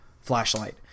Flashlight